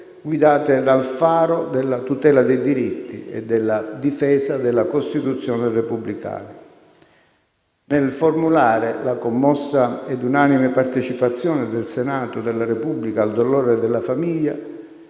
guidate dal faro della tutela dei diritti e della difesa della Costituzione repubblicana. Nel formulare la commossa ed unanime partecipazione del Senato della Repubblica al dolore della famiglia,